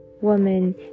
Woman